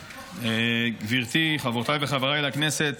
גברתי, חברותיי וחבריי לכנסת,